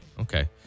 Okay